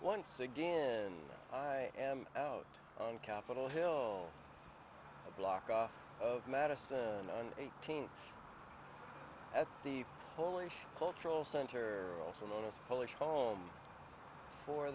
once again out of capitol hill a block off of madison and eighteen at the polish cultural center also known as polish home for